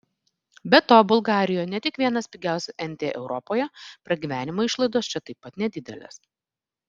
be to bulgarijoje ne tik vienas pigiausių nt europoje pragyvenimo išlaidos čia taip pat nedidelės